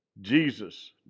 Jesus